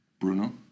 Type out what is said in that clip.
Bruno